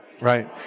right